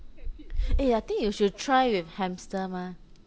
eh I think you should try with hamster mah